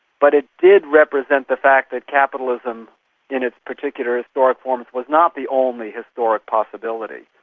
but it did represent the fact that capitalism in its particular historic forms was not the only historic possibility.